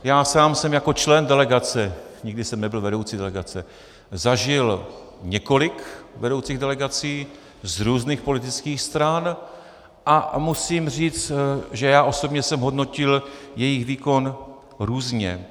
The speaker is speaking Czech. Já sám jsem jako člen delegace, nikdy jsem nebyl vedoucí delegace, zažil několik vedoucích delegací z různých politických stran a musím říct, že já osobně jsem hodnotil jejich výkon různě.